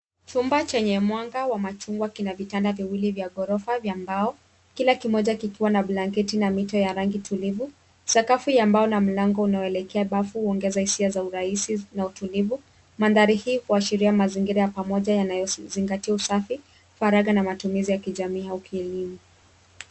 Chumba chenye mwanga wa machungwa kina vitanda viwili vya ghorofa vya mbao, kila kimoja kikiwa na blanketi na mito ya rangi tulivu. Sakafu ya mbao na mlango unaoelekea bafu huongeza hisia za urahisi na utulivu. Mandhari hii huashiria mazingira ya pamoja yanayozingatia usafi, faraga na matumizi ya kijamii au kielimu.